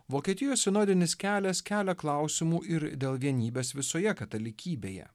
vokietijos sinodinis kelias kelia klausimų ir dėl vienybės visoje katalikybėje